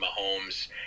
Mahomes